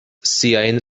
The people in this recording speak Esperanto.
siajn